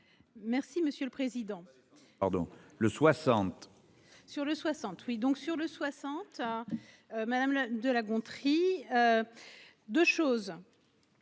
Merci monsieur le président. Pardon le 60. Sur le 60. Oui, donc sur le 60. Madame Le de La Gontrie. De choses.